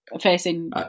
facing